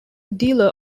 dealer